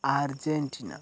Argentina